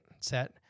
set